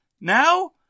Now